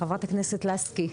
חברת הכנסת לסקי.